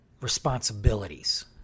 responsibilities